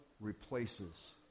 replaces